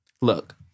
look